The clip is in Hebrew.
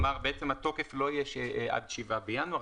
התוקף לא יהיה עד 7 בינואר,